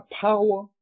power